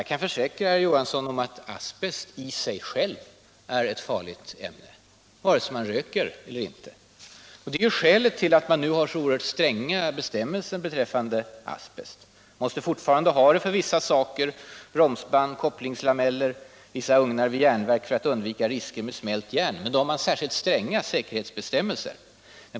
Jag kan försäkra herr Johansson att asbest i sig själv är ett farligt ämne vare sig man röker eller inte i dess närhet. Det är också skälet till att man nu har mycket stränga bestämmelser när det gäller asbest. Man måste fortfarande använda asbest för vissa produkter, såsom bromsband, kopplingslameller och vissa ugnar vid järnverk för att undvika risker med smält järn. Men där gäller särskilt stränga säkerhetsbestämmelser.